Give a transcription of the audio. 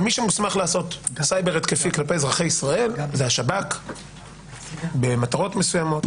מי שמוסמך לעשות סייבר התקפי כלפי אזרחי ישראל זה השב"כ במטרות מסוימות.